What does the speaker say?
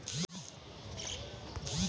धान क फसल कईसे बोवल जाला?